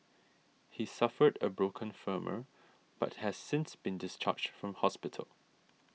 he suffered a broken femur but has since been discharged from hospital